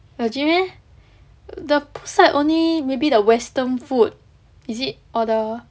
legit meh the poolside only maybe the western food is it or the